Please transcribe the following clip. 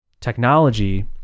technology